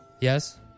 Yes